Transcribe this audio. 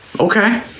Okay